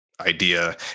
idea